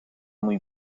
muy